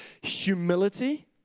Humility